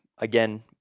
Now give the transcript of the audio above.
Again